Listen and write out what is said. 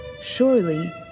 Surely